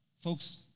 Folks